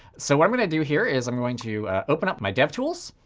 so what i'm going to do here is i'm going to open up my dev tools.